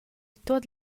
tuot